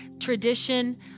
tradition